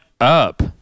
up